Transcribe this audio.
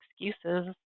excuses